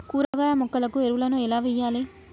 కూరగాయ మొక్కలకు ఎరువులను ఎలా వెయ్యాలే?